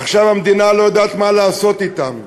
עכשיו המדינה לא יודעת מה לעשות אתם.